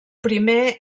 primer